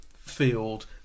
field